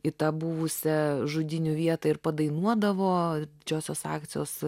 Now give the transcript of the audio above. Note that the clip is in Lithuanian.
į tą buvusią žudynių vietą ir padainuodavo didžiosios akcijos